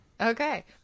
Okay